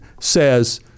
says